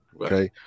Okay